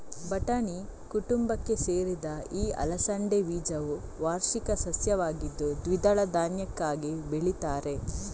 ಬಟಾಣಿ ಕುಟುಂಬಕ್ಕೆ ಸೇರಿದ ಈ ಅಲಸಂಡೆ ಬೀಜವು ವಾರ್ಷಿಕ ಸಸ್ಯವಾಗಿದ್ದು ದ್ವಿದಳ ಧಾನ್ಯಕ್ಕಾಗಿ ಬೆಳೀತಾರೆ